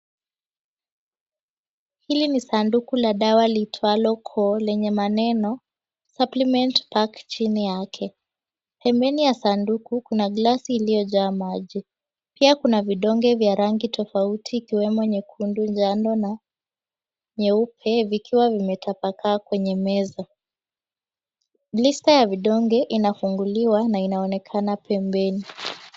Hili ni sanduku la dawa liliitwalo, Core lenye maneno, Supplement Pack, chini yake. Pembeni ya sanduku kuna glasi iliyojaa maji, pia kuna vidonge vya rangi tofauti, ikiwemo nyekundu, njano na nyeupe vikiwa vimetapakaa kwenye meza. Blister ya vidonge inafunguliwa na inaonekana pembeni.